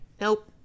nope